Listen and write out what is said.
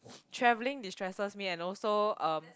traveling destresses me and also um